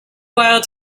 while